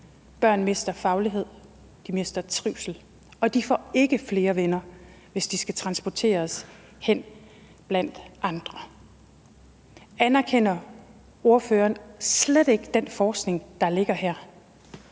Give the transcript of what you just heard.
Børn mister faglighed, de mister trivsel, og de får ikke flere venner, hvis de skal transporteres hen blandt andre. Anerkender ordføreren slet ikke den forskning, der ligger her?